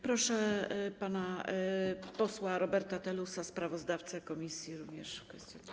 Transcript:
Proszę pana posła Roberta Telusa, sprawozdawcę komisji, również w tej kwestii.